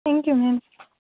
thank you ma'am